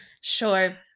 Sure